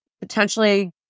potentially